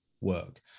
work